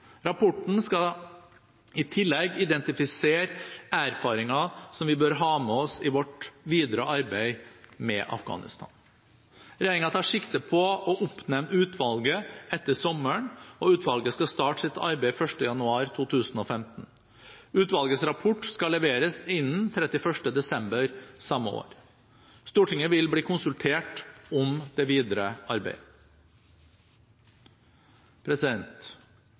Rapporten skal i tillegg identifisere erfaringer som vi bør ha med oss i vårt videre arbeid med Afghanistan. Regjeringen tar sikte på å oppnevne utvalget etter sommeren, og utvalget skal starte sitt arbeid 1. januar 2015. Utvalgets rapport skal leveres innen 31. desember samme år. Stortinget vil bli konsultert om det videre arbeidet.